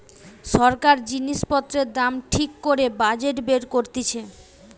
সরকার জিনিস পত্রের দাম ঠিক করে বাজেট বের করতিছে